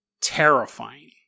terrifying